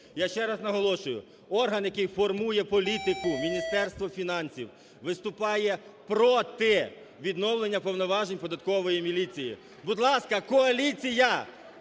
Я ще раз наголошую: орган, який формує політику – Міністерство фінансів – виступає проти відновлення повноважень податкової міліції. Будь ласка, коаліція,